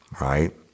right